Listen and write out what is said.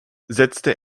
setzte